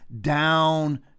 down